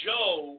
Joe